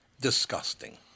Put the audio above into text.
Disgusting